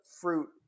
fruit